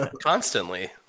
Constantly